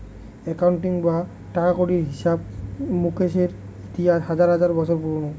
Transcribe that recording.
accounting বা টাকাকড়ির হিসাবে মুকেশের ইতিহাস হাজার হাজার বছর পুরোনো